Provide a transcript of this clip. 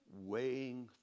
weighing